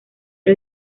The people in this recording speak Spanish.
era